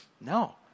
no